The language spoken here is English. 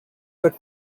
but